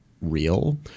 real